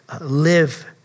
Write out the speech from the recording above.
live